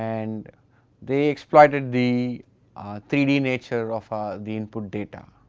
and they exploited the three d nature of the input data.